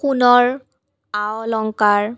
সোণৰ আ অলংকাৰ